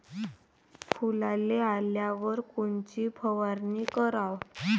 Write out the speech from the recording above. फुलाले आल्यावर कोनची फवारनी कराव?